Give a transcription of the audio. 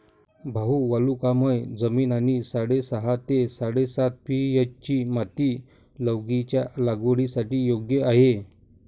भाऊ वालुकामय जमीन आणि साडेसहा ते साडेसात पी.एच.ची माती लौकीच्या लागवडीसाठी योग्य आहे